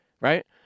right